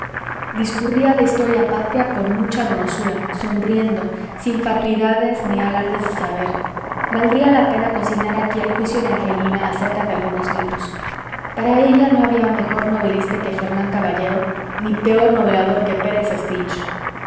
discurría de historia patria con mucha donosura sonriendo sin fatuidades ni alardes de saber valdría la pena consignar aquí el juicio de angelina acerca de algunos libros para ella no había mejor novelista que fernán caballero ni peor novelador que pérez